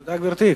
תודה, גברתי.